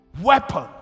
weapon